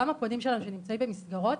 גם הפונים שלנו שנמצאים במסגרות,